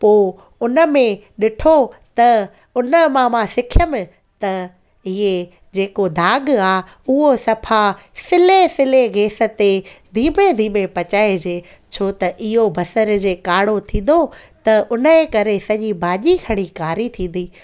पोइ उन में ॾिठो त उन मां मां सिखियमि त इहे जेको दाग़ु आहे उहो सफ़ा सिले सिले गैस ते धीमे धीमे पचाइजे छो त इहो बसर जे कारो थींदो त उन जे करे सॼी भाॼी खणी कारी थींदी